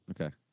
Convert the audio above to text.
Okay